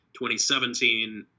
2017